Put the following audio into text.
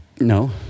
No